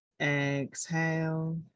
Exhale